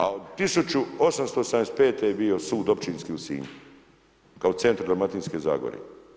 A od 1875. je bio sud općinski u Sinju kao centra Dalmatinske zagore.